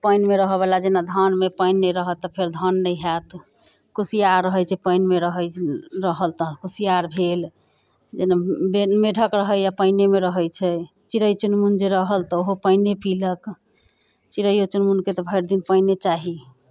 पानिमे रहयवला जेना धानमे पानि नहि रहत तऽ फेर धान नहि होयत कुसियार रहैत छै पानिमे रहै रहल तऽ कुसियार भेल जेना बे मेढक रहैए पानिएमे रहैत छै चिड़ै चुनमुन जे रहल तऽ ओहो पानिए पीलक चिड़ैयो चुनमुनके तऽ भरि दिन पानिए चाही